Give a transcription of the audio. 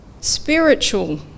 spiritual